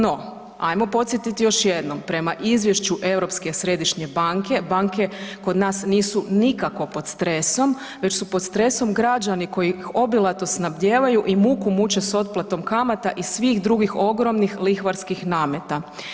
No, ajmo podsjetiti još jednom, prema izvješću Europske središnje banke, banke kod nas nisu nikako pod stresom, već su pod stresom građani koji ih obilato snabdijevaju i muku muče s otplatom kamata i svih drugih ogromnih lihvarskih nameta.